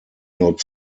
not